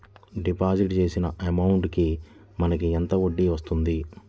Deposit చేసిన amount కి మనకి ఎంత వడ్డీ వస్తుంది?